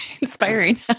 inspiring